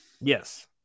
Yes